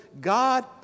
God